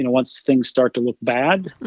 and once things start to look bad,